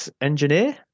engineer